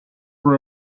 were